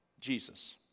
Jesus